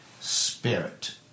spirit